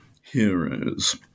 heroes